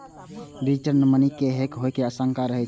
digital money के hack होइ के आशंका रहै छै